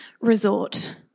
resort